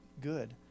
good